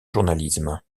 journalisme